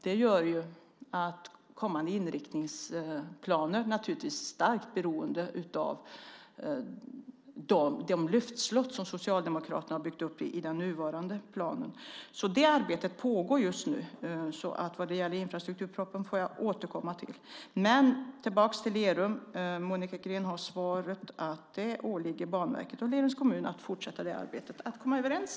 Det gör att kommande inriktningsplaner naturligtvis är starkt beroende av de luftslott som Socialdemokraterna har byggt upp i den nuvarande planen. Det arbetet pågår just nu, därför får jag återkomma i infrastrukturpropositionen. Men tillbaka till Lerum: Monica Green har fått svaret att det åligger Banverket och Lerums kommun att fortsätta arbetet för att komma överens.